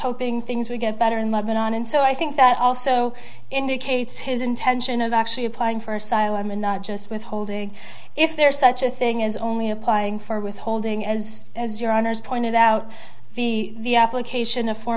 hoping things would get better in lebanon and so i think that also indicates his intention of actually applying for asylum and not just withholding if there is such a thing as only applying for withholding as as your honour's pointed out the the application of for